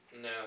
No